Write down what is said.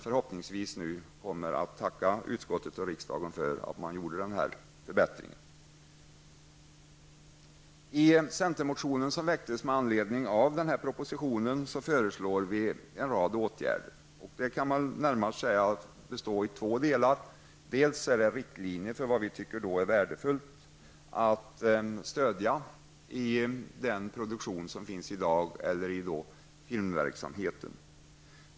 Förhoppningsvis kommer eftervärlden att tacka utskottet och riksdagen för att vi företog den här förbättringen. I centermotionen som väcktes med anledning av propositionen föreslår vi en rad åtgärder. Förslagen kan indelas i två grupper. Dels är det riktlinjer för vad vi tycker är värdefullt att stödja i den produktion som i dag finns, i filmverksamheten.